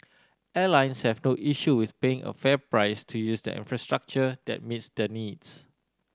airlines have no issue with paying a fair price to use the infrastructure that meets their needs